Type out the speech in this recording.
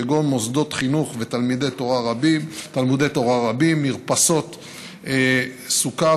כגון מוסדות חינוך ותלמודי תורה רבים ומרפסות סוכה.